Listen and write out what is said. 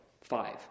Five